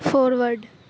forward